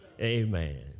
amen